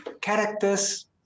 Characters